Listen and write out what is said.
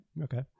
Okay